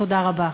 תודה רבה.